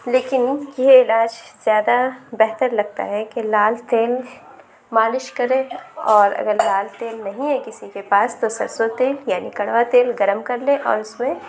لیکن یہ علاج زیادہ بہتر لگتا ہے کہ لال تیل مالش کریں اور اگر لال تیل نہیں ہے کسی کے پاس تو سرسوں تیل یعنی کڑوا تیل گرم کرلیں اور اس میں